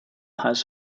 has